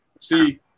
See